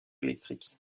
électrique